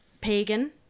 pagan